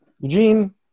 Eugene